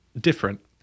different